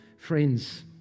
Friends